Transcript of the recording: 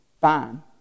fine